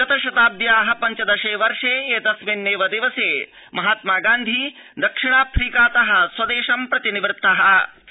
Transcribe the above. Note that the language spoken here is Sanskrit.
गत शाताब्द्या पञ्चदशे वर्षे एतस्मिन्नेव दिवसे महात्मा गान्धी दक्षिणाफ्रीकात स्वदेशं प्रतिनिवृत्त आसीत्